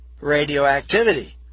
radioactivity